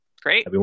Great